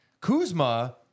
kuzma